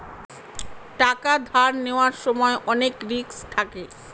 টাকা ধার নেওয়ার সময় অনেক রিস্ক থাকে